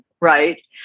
right